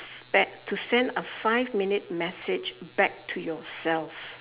back to send a five minute message back to yourself